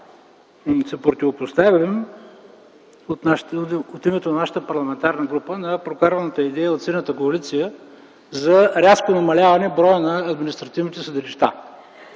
се противопоставя от името на нашата парламентарна група на прокарваната идея от Синята коалиция за рязко намаляване броя на административните съдилища.